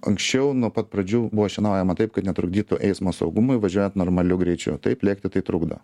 anksčiau nuo pat pradžių buvo šienaujama taip kad netrukdytų eismo saugumui važiuojant normaliu greičiu taip lėkti tai trukdo